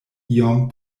iom